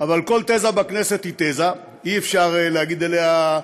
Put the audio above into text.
אבל כל תזה בכנסת היא תזה, אי-אפשר להגיד עליה,